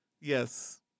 Yes